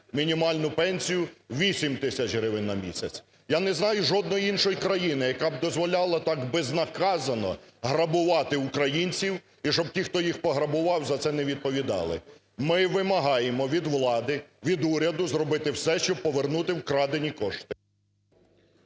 мінімальну пенсію – 8 тисяч гривень на місяць. Я не знаю жодної іншої країни, яка б дозволяла так безнаказано грабувати українців, і щоб ті, хто їх пограбував, за це не відповідали. Ми вимагаємо від влади, від уряду зробити все, щоб повернути вкрадені кошти.